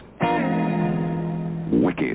wicked